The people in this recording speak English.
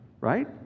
right